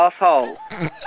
asshole